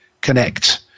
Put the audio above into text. connect